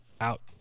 out